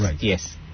yes